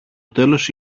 τέλος